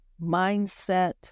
mindset